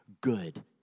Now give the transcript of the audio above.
Good